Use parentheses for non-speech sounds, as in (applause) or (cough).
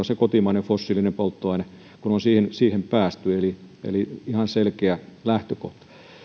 (unintelligible) se kotimainen fossiilinen polttoaine kun on siihen päästy eli eli tämä on ihan selkeä lähtökohta